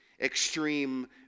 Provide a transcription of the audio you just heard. extreme